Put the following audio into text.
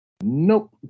Nope